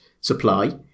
supply